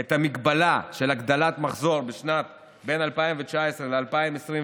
את ההגבלה של הגדלת מחזור בשנים שבין 2019 ל-2021.